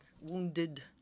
wounded